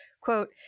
quote